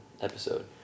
episode